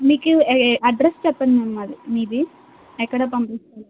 మీకు అడ్రస్ చెప్పండి మాది మీది ఎక్కడికి పంపించాలో